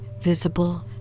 visible